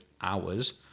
hours